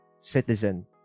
citizen